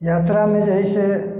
यात्रा मे जे है से